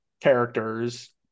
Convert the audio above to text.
characters